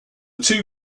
two